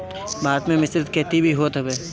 भारत में मिश्रित खेती भी होत हवे